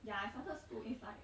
ya I started school it's like